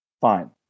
Fine